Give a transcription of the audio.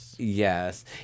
yes